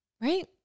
Right